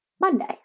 Monday